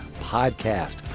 podcast